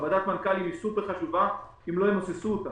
ועדת המנכ"לים היא חשובה מאוד, אם לא ימוססו אותה.